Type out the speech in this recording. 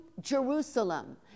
Jerusalem